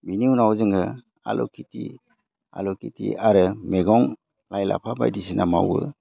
बिनि उनाव जोङो आलु खेथि आरो मैगं लाइ लाफा बायदिसिना मावो